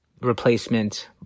replacement